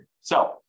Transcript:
So-